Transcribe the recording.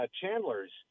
chandler's